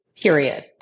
Period